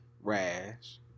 rash